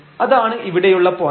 അതാണ് ഇവിടെയുള്ള പോയന്റ്